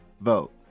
vote